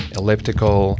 elliptical